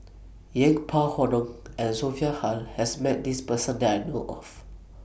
Yeng Pway Ngon and Sophia Hull has Met This Person that I know of